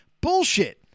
Bullshit